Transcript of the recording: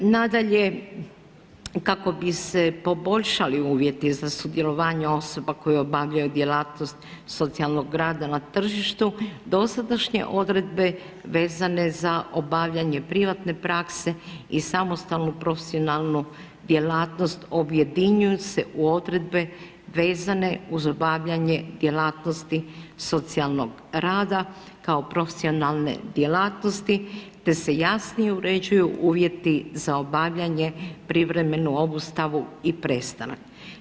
Nadalje, kako bi se poboljšali uvjeti za sudjelovanje osoba koje obavljaju djelatnost socijalnog rada na tržištu, dosadašnje Odredbe vezane za obavljanje privatne prakse i samostalnu profesionalnu djelatnost, objedinjuju se u Odredbe vezane uz obavljanje djelatnosti socijalnog rada kao profesionalne djelatnosti, te se jasnije uređuju uvjeti za obavljanje, privremenu obustavu i prestanak.